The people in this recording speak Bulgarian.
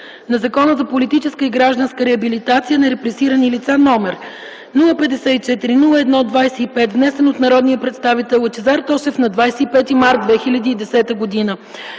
на Закона за политическа и гражданска реабилитация на репресирани лица № 054-01-25, внесен от народния представител Лъчезар Тошев на 25 март 2010 г.